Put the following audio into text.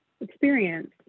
experience